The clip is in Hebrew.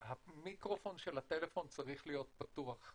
המיקרופון של הטלפון צריך להיות פתוח.